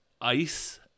ice